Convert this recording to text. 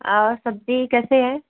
और सब्जी कैसे हैं